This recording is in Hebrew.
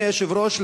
אדוני היושב-ראש,